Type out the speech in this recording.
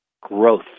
growth